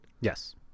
Yes